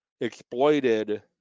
exploited